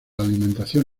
alimentación